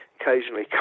occasionally